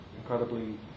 incredibly